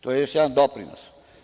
To je još jedan doprinos.